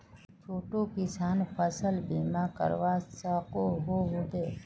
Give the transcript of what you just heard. छोटो किसान फसल बीमा करवा सकोहो होबे?